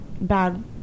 bad